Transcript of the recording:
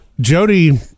Jody